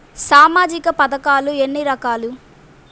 సామాజిక పథకాలు ఎన్ని రకాలు?